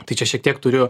tai čia šiek tiek turiu